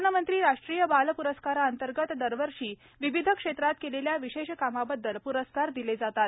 प्रधानमंत्री राष्ट्रीय बाल प्रस्कारांअंतर्गत दरवर्षी विविधक्षेत्रात केलेल्या विशेष कामाबद्दल प्रस्कार दिले जातात